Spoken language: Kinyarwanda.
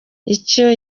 icyo